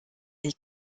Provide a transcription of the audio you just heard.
est